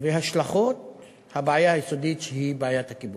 ובהשלכות של הבעיה היסודית שהיא בעיית הכיבוש.